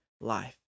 life